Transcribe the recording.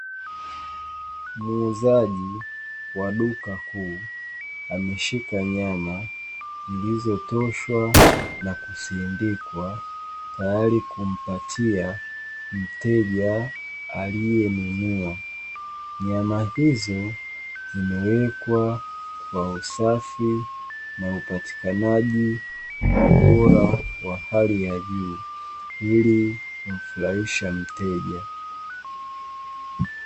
Muuzaji wa duka kuu ameshika nyama zilizotoshwa na kusindikwa tayari kumpatia mteja aliyenunua, nyama hizo zimewekwa kwa usafi na upatikanaji kwa ubora wa hali ya juu ili kumfurahisha mteja.